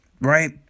right